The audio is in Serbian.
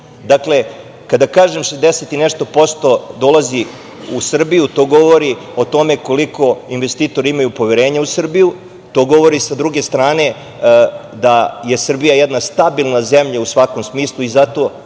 Dakle, kada kažem 60 i nešto posto dolazi u Srbiju, to govori o tome koliko investitori imaju poverenja u Srbiju. To govori, sa druge strane, da je Srbija jedna stabilna zemlja u svakom smislu i zato